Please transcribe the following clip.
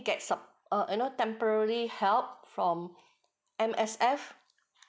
gets sup~ err you know temporary help from M_S_F